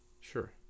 Sure